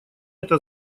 это